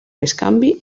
bescanvi